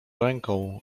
ręką